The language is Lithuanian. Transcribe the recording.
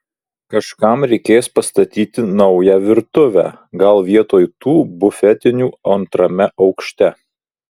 kažkam reikės pastatyti naują virtuvę gal vietoj tų bufetinių antrame aukšte